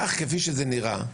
כך, כפי שזה נראה,